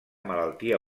malaltia